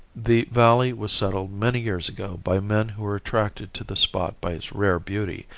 the valley was settled many years ago by men who were attracted to the spot by its rare beauty,